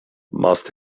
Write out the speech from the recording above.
must